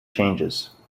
changes